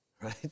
right